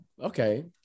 okay